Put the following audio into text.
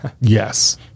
yes